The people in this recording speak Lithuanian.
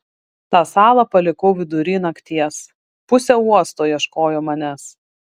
tą salą palikau vidury nakties pusė uosto ieškojo manęs